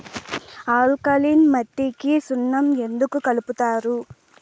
alkaline మట్టికి సున్నం ఎందుకు కలుపుతారు